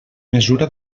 mesura